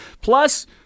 Plus